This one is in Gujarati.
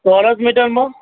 ચોરસ મીટરમાં